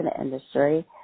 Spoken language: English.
industry